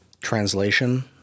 translation